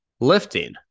lifting